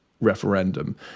referendum